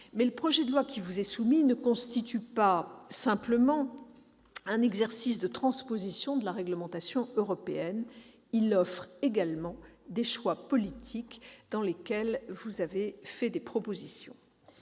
Mais le projet de loi qui vous est soumis ne constitue pas seulement un exercice de transposition de la réglementation européenne. Il offre également des choix politiques, pour lesquels vous avez fait des propositions.